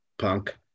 punk